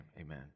Amen